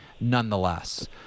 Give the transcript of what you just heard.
nonetheless